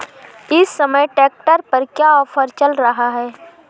इस समय ट्रैक्टर पर क्या ऑफर चल रहा है?